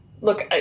Look